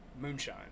moonshine